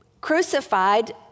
crucified